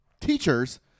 teachers